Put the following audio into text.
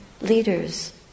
leaders